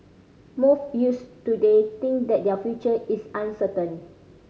most youths today think that their future is uncertain